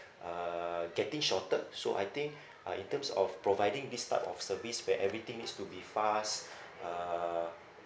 uh getting shorter so I think uh in terms of providing this type of service where everything needs to be fast uh